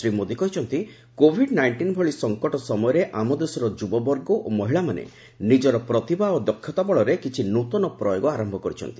ଶ୍ରୀ ମୋଦି କହିଛନ୍ତି Covid nineteen ଭଳି ସଙ୍କଟ ସମୟରେ ଆମ ଦେଶର ଯୁବବର୍ଗ ଓ ମହିଳାମାନେ ନିକ୍କର ପ୍ରତିଭା ଓ ଦକ୍ଷତା ବଳରେ କିଛି ନୃତନ ପ୍ରୟୋଗ ଆରମ୍ଭ କରିଛନ୍ତି